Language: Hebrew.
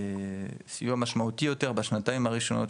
סיוע משמעותי יותר בשנתיים הראשונות,